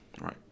right